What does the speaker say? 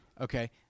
Okay